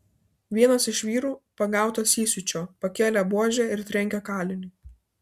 vienas iš vyrų pagautas įsiūčio pakėlė buožę ir trenkė kaliniui